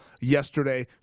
Yesterday